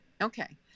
Okay